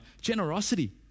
generosity